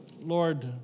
Lord